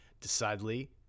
decidedly